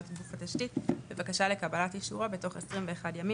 גוף התשתית בבקשה לקבלת אישורו בתוך 21 ימים,